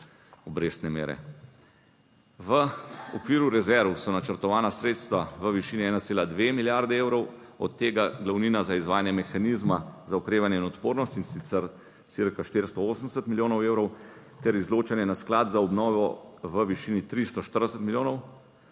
obrestne mere. V okviru rezerv so načrtovana sredstva v višini 1,2 milijardi evrov, od tega glavnina za izvajanje mehanizma za okrevanje in odpornost, in sicer cirka 480 milijonov evrov ter izločanje na sklad za obnovo v višini 340 milijonov.